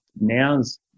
now's